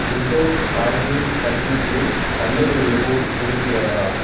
desire காஜுகட்லிக்கு தள்ளுபடி எதுவும் இருக்கிறதா